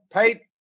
Pete